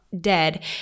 dead